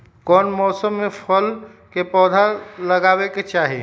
कौन मौसम में फल के पौधा लगाबे के चाहि?